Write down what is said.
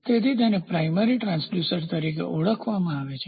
તેથી તેને પ્રાઇમરીપ્રાથમિક ટ્રાંસડ્યુસર તરીકે ઓળખવામાં આવે છે